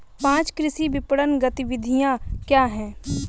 पाँच कृषि विपणन गतिविधियाँ क्या हैं?